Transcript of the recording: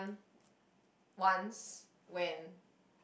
once when